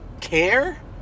care